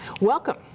Welcome